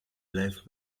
life